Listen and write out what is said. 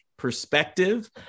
perspective